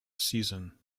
season